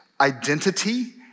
identity